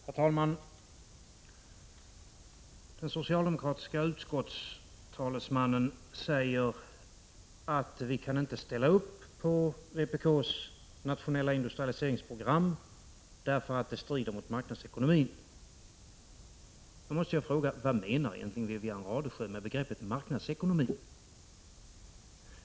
Herr talman! Den socialdemokratiska utskottstalesmannen säger att socialdemokraterna inte kan ställa upp på vpk:s nationella industrialiseringsprogram därför att det strider mot marknadsekonomin. Då måste jag fråga: Vad menar Wivi-Anne Radesjö egentligen med begreppet marknadsekonomi?